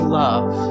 love